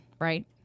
right